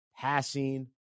passing